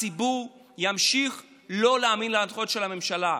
הציבור ימשיך לא להאמין להנחיות של הממשלה.